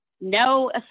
no